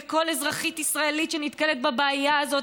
וכל אזרחית ישראלית שנתקלת בבעיה הזאת,